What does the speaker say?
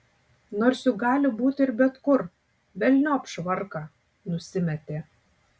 nors juk gali būti ir bet kur velniop švarką nusimetė